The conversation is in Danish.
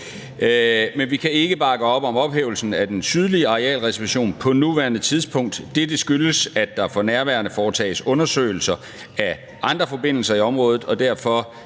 Men vi kan ikke bakke op om ophævelsen af den sydlige arealreservation på nuværende tidspunkt. Dette skyldes, at der for nærværende foretages undersøgelser af andre forbindelser i området, og derfor